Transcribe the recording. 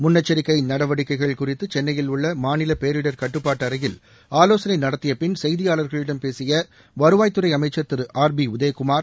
முன்னெச்சரிக்கை நடவடிக்கைகள் குறித்து சென்னையில் உள்ள மாநில பேரிடர் கட்டுப்பாட்டு அறையில் ஆலோசனை நடத்திய பின் செய்தியாளர்களிடம் பேசிய வருவாய்த்துறை அமைச்சர் திரு ஆர் பி உதயகுமார்